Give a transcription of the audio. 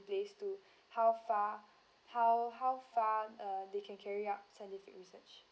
place to how far how how far uh they can carry out scientific research